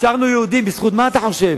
נשארנו יהודים, בזכות מה אתה חושב,